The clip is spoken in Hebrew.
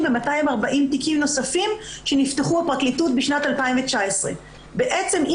ב-240 תיקים נוספים שנפתחו בפרקליטות בשנת 2019. אם